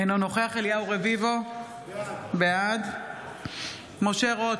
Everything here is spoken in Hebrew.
אינו נוכח אליהו רביבו, בעד משה רוט,